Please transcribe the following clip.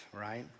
right